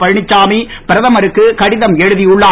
பழனிச்சாமி பிரதமருக்கு கடிதம் எழுதியுள்ளார்